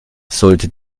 sollte